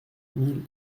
mille